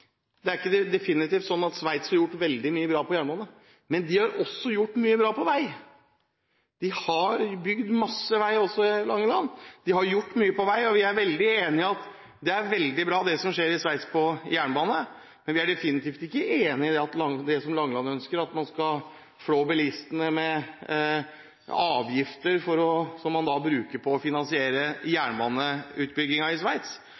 Sveits, at det er definitivt sånn at Sveits har gjort veldig mye bra på jernbane, men de har også gjort mye bra på vei. De har bygd masse vei; de har gjort mye på vei. Vi er enig i at det er veldig bra det som skjer i Sveits på jernbane, men vi er definitivt ikke enig i det som Langeland ønsker, at man skal flå bilistene med avgifter som man da skal bruke på å finansiere jernbaneutbyggingen. Det er vi definitivt ikke enig i. Men så er det også viktig å ha med seg at Sveits